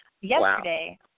Yesterday